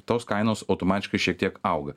tos kainos automatiškai šiek tiek auga